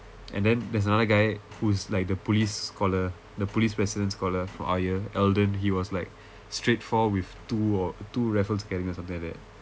and then there's another guy who's like the police scholar the police president scholar for our year elden he was like straight four with two or two raffles caring or something like that